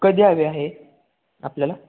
कधी हवे आहे आपल्याला